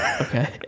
Okay